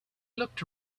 looked